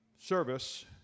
service